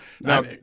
Now